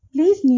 Please